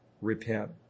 repent